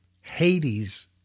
Hades